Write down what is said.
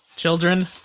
Children